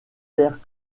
terres